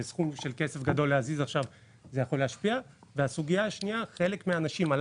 ולהזיז סכום גדול של כסף יכול להשפיע.